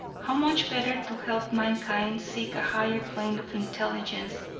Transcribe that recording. how much better to help mankind seek a higher plane of intelligence,